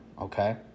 okay